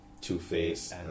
Two-Face